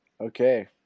Okay